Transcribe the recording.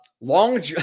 long